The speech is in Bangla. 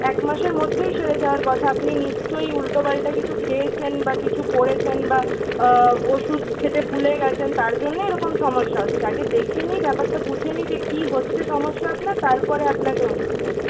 এক মাসের মধ্যেই সেরে যাওয়ার কথা আপনি নিশ্চয় উল্টো পাল্টা কিছু খেয়েছেন বা কিছু পরেছেন বা ওষুধ খেতে ভুলে গেছেন তার জন্যে এরকম সমস্যা হচ্ছে আগে দেখে নিই ব্যাপারটা বুঝে নিই যে কী হচ্চে সমস্যা আপনার তারপরে আপনাকে ওষুধ দেবো